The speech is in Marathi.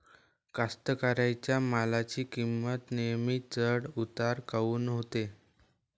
कास्तकाराइच्या मालाची किंमत नेहमी चढ उतार काऊन होते?